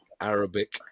Arabic